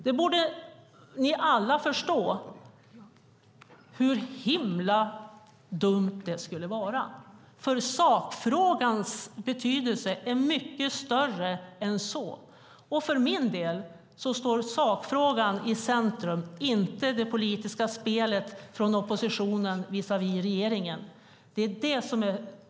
Ni borde alla förstå hur himla dumt det skulle vara. Sakfrågans betydelse är mycket större än så. För min del står sakfrågan i centrum, inte det politiska spelet från oppositionen visavi regeringen.